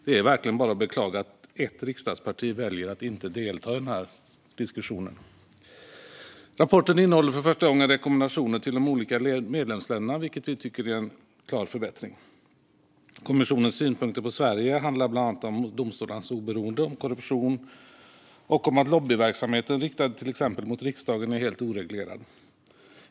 Det är verkligen bara att beklaga att ett riksdagsparti väljer att inte delta i den här diskussionen. Rapporten innehåller för första gången rekommendationer till de olika medlemsländerna, vilket vi tycker är en klar förbättring. Kommissionens synpunkter på Sverige handlar bland annat om domstolarnas oberoende, om korruption och om att lobbyverksamheten riktad till exempel mot riksdagen är helt oreglerad.